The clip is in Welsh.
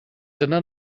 dyna